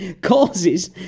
causes